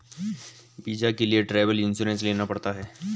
visa के लिए travel insurance लेना पड़ता है